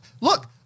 Look